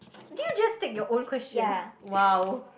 did you just take your own question !wow!